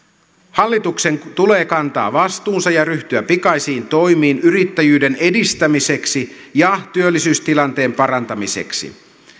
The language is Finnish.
hallituksen tulee kantaa vastuunsa ja ryhtyä pikaisiin toimiin yrittäjyyden edistämiseksi ja työllisyystilanteen parantamiseksi